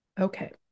Okay